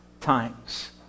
times